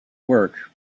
work